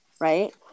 right